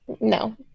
no